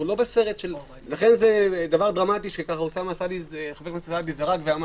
זה דבר דרמטי זה ממש לא מה שחבר הכנסת סעדי זרק ואמר.